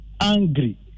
angry